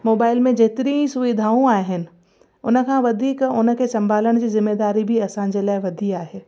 mobile में जेतिरी सुविधाऊं आहिनि उन खां वधीक उन खे संभालण जी जिम्मेदारी बि असांजे लाइ वधी आहे